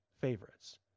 favorites